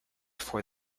for